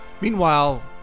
Meanwhile